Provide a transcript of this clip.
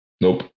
Nope